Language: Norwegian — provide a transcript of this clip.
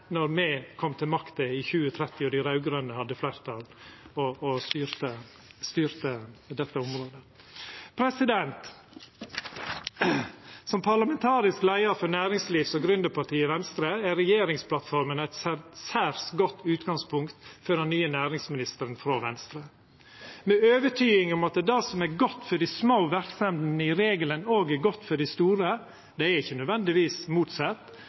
me kom til makta i 2013 og dei raud-grøne hadde fleirtal og styrte dette området. Som parlamentarisk leiar for næringslivs- og gründarpartiet Venstre ser eg regjeringsplattforma som eit særs godt utgangspunkt for den nye næringsministeren frå Venstre. Med ei overtyding om at det som er godt for dei små verksemdene, òg i regelen er godt for dei store – det er ikkje nødvendigvis motsett